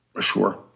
Sure